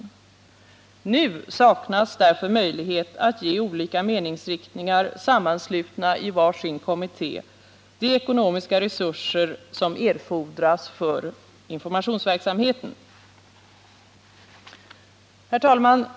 Därför saknas nu möjlighet att ge olika meningsriktningar sammanslutna i var sin kommitté de ekonomiska resurser som erfordras för informationsverksamheten. Herr talman!